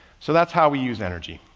so that's how we use energy.